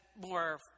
more